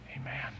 amen